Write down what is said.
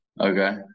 Okay